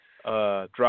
Drop